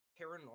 paranormal